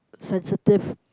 sensitive